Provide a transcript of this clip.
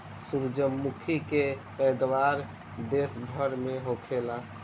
सूरजमुखी के पैदावार देश भर में होखेला